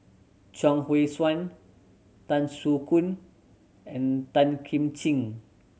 Chuang Hui Tsuan Tan Soo Khoon and Tan Kim Ching